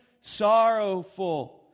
sorrowful